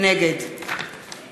נגד